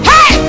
Hey